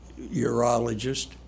urologist